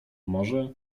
może